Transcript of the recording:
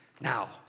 Now